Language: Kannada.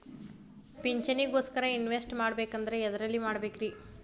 ಪಿಂಚಣಿ ಗೋಸ್ಕರ ಇನ್ವೆಸ್ಟ್ ಮಾಡಬೇಕಂದ್ರ ಎದರಲ್ಲಿ ಮಾಡ್ಬೇಕ್ರಿ?